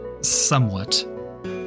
somewhat